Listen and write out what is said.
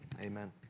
amen